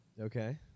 Okay